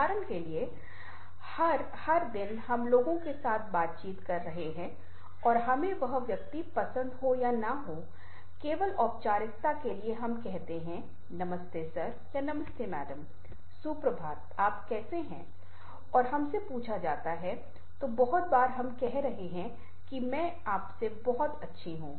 उदाहरण के लिए हर दिन हम लोगों के साथ बातचीत कर रहे हैं और हमें वह व्यक्ति पसंद हो य ना हो केवल औपचारिकता के लिए हम कहते हैं नमस्ते सर या नमस्ते मैडम सुप्रभात आप कैसे हैं और हमसे पूछा जाता है तो बहुत बार हम कह रहे हैं कि मैं आपसे बहुत अच्छा हूँ